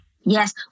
Yes